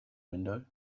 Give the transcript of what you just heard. window